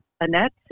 Annette